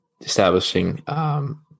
establishing